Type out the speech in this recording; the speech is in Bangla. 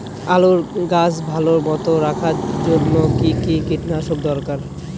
আলুর গাছ ভালো মতো রাখার জন্য কী কী কীটনাশক দরকার?